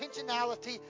intentionality